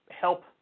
help